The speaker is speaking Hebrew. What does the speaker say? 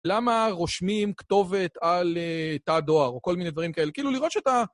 למה רושמים כתובת על תא דואר, או כל מיני דברים כאלה? כאילו לראות שאתה...